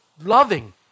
loving